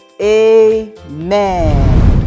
Amen